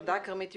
כרמית יוליס?